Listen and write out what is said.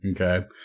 Okay